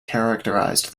characterised